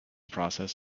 process